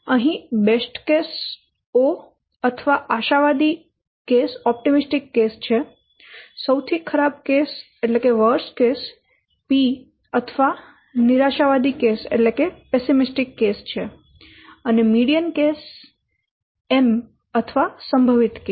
અહીં best case O અથવા આશાવાદી કેસ છે સૌથી ખરાબ કેસ P અથવા નિરાશાવાદી કેસ છે અને મીડીયન કેસ M અથવા સંભવિત કેસ છે